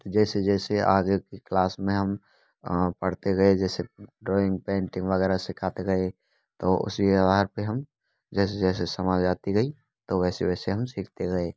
जैसे जैसे आगे की क्लास में हम पढ़ते गए जैसे ड्राविंग पेंटिंग वगैरह सीखते गए तो उसी आधार पर हम जैसे जैसे समझ आती गई तो वैसे वैसे हम सीखते गए